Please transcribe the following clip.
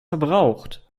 verbraucht